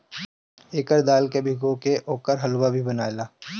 एकर दाल के भीगा के ओकर हलुआ भी बनेला